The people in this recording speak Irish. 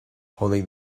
tháinig